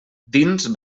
dins